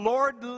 Lord